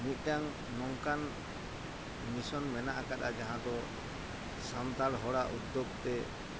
ᱢᱤᱫᱴᱟᱱ ᱱᱚᱝᱠᱟᱱ ᱢᱤᱥᱚᱱ ᱢᱮᱱᱟᱜ ᱟᱠᱟᱫᱟ ᱡᱟᱦᱟᱸᱫᱚ ᱥᱟᱱᱛᱟᱲ ᱦᱚᱲᱟᱜ ᱩᱫᱽᱫᱳᱜᱽᱛᱮ